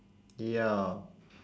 ya